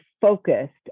focused